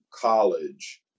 college